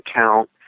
account